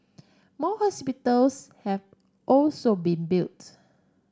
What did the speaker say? more hospitals have also been built